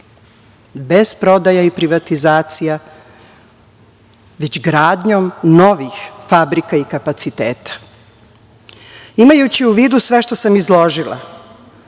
bez prodaje i privatizacija, već gradnjom novih fabrika i kapaciteta. Imajući u vidu sve što sam izložila,